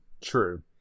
True